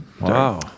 Wow